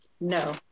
No